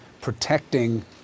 protecting